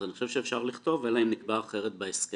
אז אני חושב שאפשר לכתוב אלא אם נקבע אחרת בהסכם.